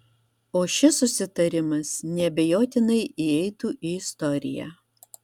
o šis susitarimas neabejotinai įeitų į istoriją